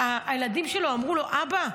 הילדים שלו אמרו לו: אבא,